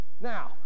Now